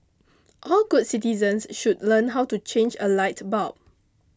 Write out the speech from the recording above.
all good citizens should learn how to change a light bulb